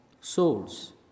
souls